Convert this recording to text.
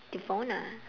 devona